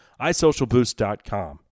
isocialboost.com